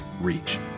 reach